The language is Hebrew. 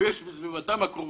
הכול